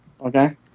Okay